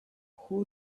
who